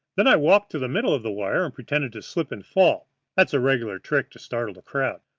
then i walked to the middle of the wire and pretended to slip and fall that's a regular trick to startle the crowd.